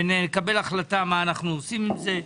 ונקבל החלטה מה אנחנו עושים עם זה.